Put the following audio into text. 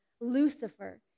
Lucifer